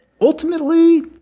ultimately